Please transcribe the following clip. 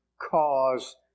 cause